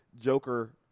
Joker